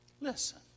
Listen